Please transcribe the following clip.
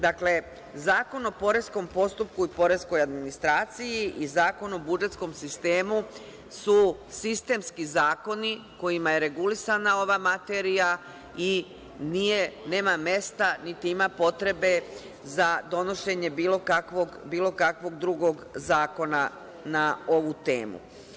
Dakle, Zakon o poreskom postupku i poreskoj administraciji i Zakon o budžetskom sistemu su sistemski zakoni kojima je regulisana ova materija i nema mesta, niti ima potrebe za donošenje bilo kakvog drugog zakona na ovu temu.